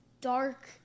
Dark